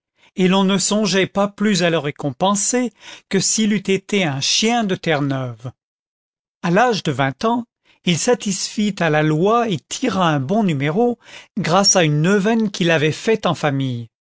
et l'on ne songeait pas plus à le récompenser que s'il eût été un chien de terreneuve content from google book search generated at a l'âge de vingt ans il satisfit à la loi et tira un bon numéro grâce à une neuvaine qu'il avait faite en famille